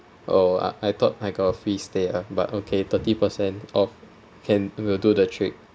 oh I I thought I got a free stay ah but okay thirty percent off can will do the trick